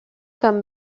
comme